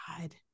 God